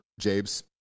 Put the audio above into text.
Jabes